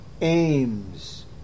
aims